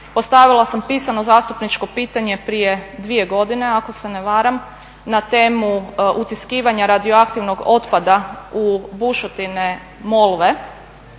Postavila sam pisano zastupničko pitanje prije dvije godine ako se ne varam na temu utiskivanja radioaktivnog otpada u bušotine Molve